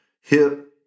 hip